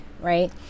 right